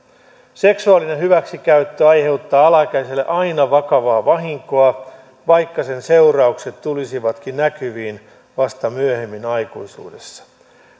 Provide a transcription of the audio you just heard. seksuaalinen hyväksikäyttö aiheuttaa alaikäiselle aina vakavaa vahinkoa vaikka sen seuraukset tulisivatkin näkyviin vasta myöhemmin aikuisuudessa